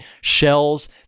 shells